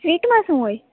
સ્વિટમાં શું હોય